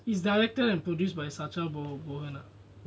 is directed and produce by sachabohana